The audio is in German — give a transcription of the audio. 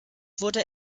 wurde